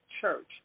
church